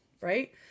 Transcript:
Right